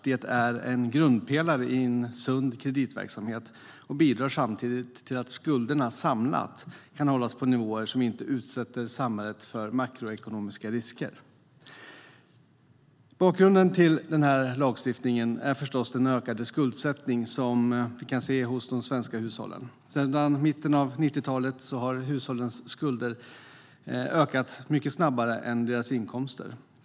Det är en grundpelare i en sund kreditverksamhet och bidrar samtidigt till att skulder samlat kan hållas på nivåer som inte utsätter samhället för makroekonomiska risker. Bakgrunden till den här lagstiftningen är förstås den ökade skuldsättning som vi kan se hos de svenska hushållen. Sedan mitten av 90-talet har hushållens skulder ökat mycket snabbare än inkomsterna.